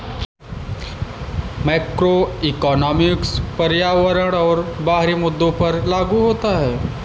macroeconomics पर्यावरण और बाहरी मुद्दों पर लागू होता है